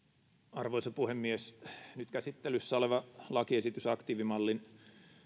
arvoisa puhemies nyt käsittelyssä oleva lakiesitys aktiivimallin